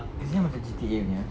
is that macam G_T_A punya